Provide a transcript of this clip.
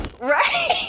Right